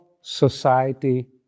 society